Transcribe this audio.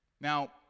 Now